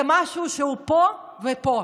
זה משהו שהוא בלב ובראש.